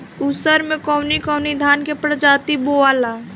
उसर मै कवन कवनि धान के प्रजाति बोआला?